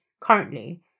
currently